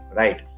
right